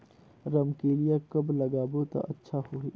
रमकेलिया कब लगाबो ता अच्छा होही?